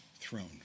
throne